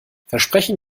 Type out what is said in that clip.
versprechen